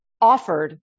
offered